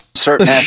certain